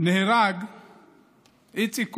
נהרג איציק כהן.